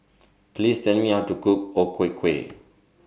Please Tell Me How to Cook O Ku Kueh